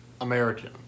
American